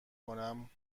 کنم